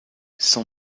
son